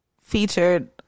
featured